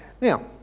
Now